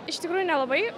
ištikrųjų nelabai